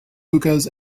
hookahs